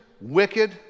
wicked